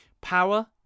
Power